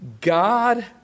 God